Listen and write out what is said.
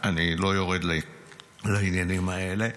אני לא יורד לעניינים האלה.